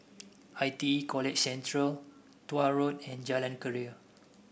I T E College Central Tuah Road and Jalan Keria